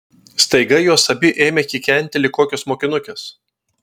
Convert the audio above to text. staiga jos abi ėmė kikenti lyg kokios mokinukės